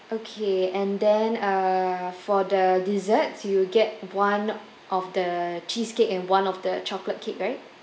okay and then uh for the desserts you'll get one of the cheesecake and one of the chocolate cake right